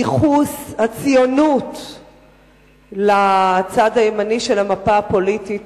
ניכוס הציונות לצד הימני של המפה הפוליטית